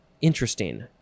interesting